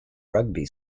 rugby